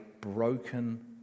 broken